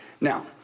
Now